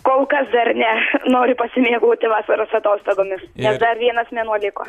kol kas dar ne noriu pasimėgauti vasaros atostogomis nes dar vienas mėnuo liko